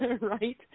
right